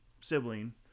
sibling